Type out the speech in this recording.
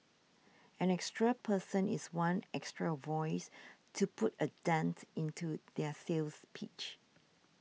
an extra person is one extra voice to put a dent into their sales pitch